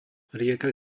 rieka